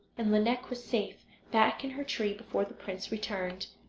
and lineik was safe back in her tree before the prince returned.